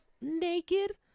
naked